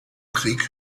kriege